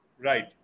Right